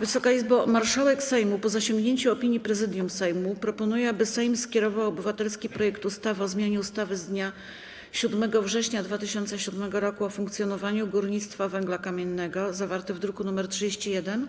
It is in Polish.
Wysoka Izbo! Marszałek Sejmu, po zasięgnięciu opinii Prezydium Sejmu, proponuje, aby Sejm skierował obywatelski projekt ustawy o zmianie ustawy z dnia 7 września 2007 r. o funkcjonowaniu górnictwa węgla kamiennego, zawarty w druku nr 31,